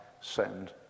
send